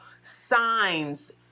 signs